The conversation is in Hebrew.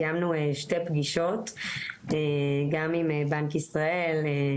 קיימנו שתי פגישות גם עם בנק ישראל,